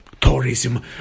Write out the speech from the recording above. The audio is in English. tourism